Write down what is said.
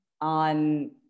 on